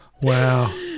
Wow